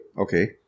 Okay